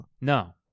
No